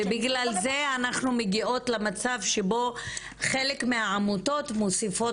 ובגלל זה אנחנו מגיעות למצב שבו חלק מהעמותות מוסיפות